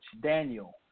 Daniel